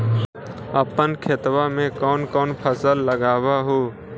अपन खेतबा मे कौन कौन फसल लगबा हू?